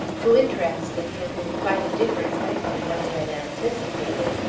who interested him in quite a different way from what he had anticipated,